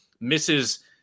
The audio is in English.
misses